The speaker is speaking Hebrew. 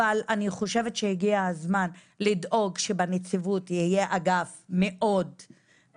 אבל אני חושבת שהגיע הזמן לדאוג שבנציבות יהיה אגף גדול